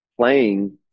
playing